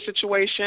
situation